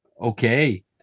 Okay